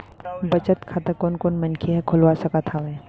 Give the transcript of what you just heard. बचत खाता कोन कोन मनखे ह खोलवा सकत हवे?